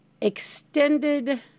extended